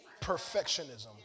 Perfectionism